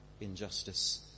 injustice